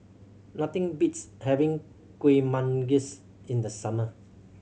nothing beats having Kueh Manggis in the summer